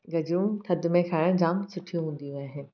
गजरूं थधि में खाइण जाम सुठियूं हूंदियूं आहिनि